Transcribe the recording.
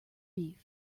beef